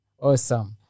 Awesome